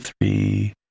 three